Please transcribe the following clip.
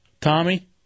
Tommy